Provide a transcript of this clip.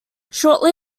shortly